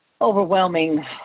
overwhelming